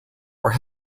were